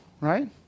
right